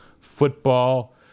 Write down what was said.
football